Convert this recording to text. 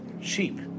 cheap